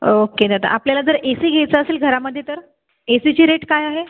okay दादा आपल्याला जर ए सी घ्यायचा असेल घरामध्ये तर एसीची रेट काय आहे